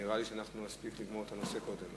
ונראה לי שאנחנו נספיק לגמור את הנושא קודם.